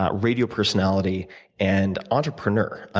ah radio personality and entrepreneur.